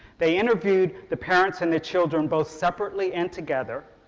they interviewed the parents and the children both separately and together,